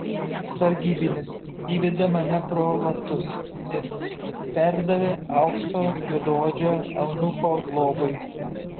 sargybinis įvedė mane pro vartus ir perdavė aukšto juodaodžio eunucho globai